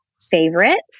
favorites